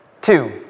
Two